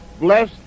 bless